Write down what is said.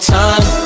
time